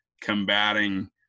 combating